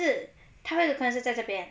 不是他的 front 是在这边